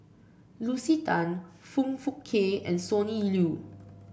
Lucy Tan Foong Fook Kay and Sonny Liew